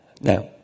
Now